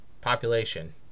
population